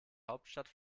hauptstadt